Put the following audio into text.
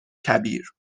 کبیر